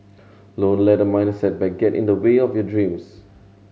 don't let a minor setback get in the way of your dreams